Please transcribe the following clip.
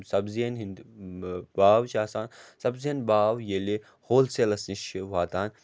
سبزِیَن ہِنٛدۍ باو چھِ آسان سبزِیَن باو ییٚلہِ ہول سیلَس نِش چھِ واتان